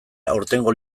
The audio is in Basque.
aurtengo